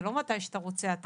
זה לא מתי שאתה רוצה אתה.